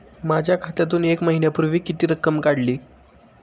माझ्या खात्यातून एक महिन्यापूर्वी किती रक्कम काढली?